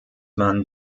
man